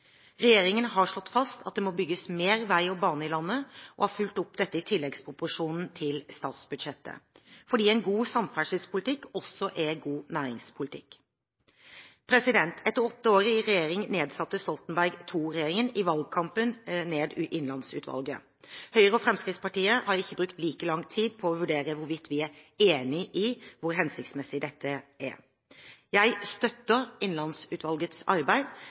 Regjeringen har slått fast at det må bygges mer vei og bane i landet, og har fulgt opp dette i tilleggsproposisjonen til statsbudsjettet – fordi en god samferdselspolitikk også er god næringspolitikk. Etter åtte år i regjering nedsatte Stoltenberg II-regjeringen i valgkampen Innlandsutvalget. Høyre og Fremskrittspartiet har ikke brukt like lang tid på å vurdere hvorvidt vi er enig i hvor hensiktsmessig dette er. Jeg støtter Innlandsutvalgets arbeid,